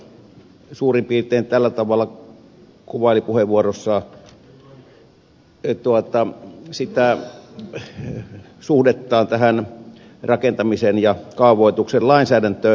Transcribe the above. kaunisto suurin piirtein tällä tavalla kuvaili puheenvuorossaan suhdettaan tähän rakentamisen ja kaavoituksen lainsäädäntöön